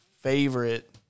favorite